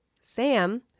Sam